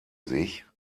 sich